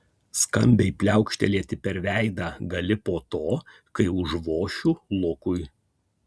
skambiai pliaukštelėti per veidą gali po to kai užvošiu lukui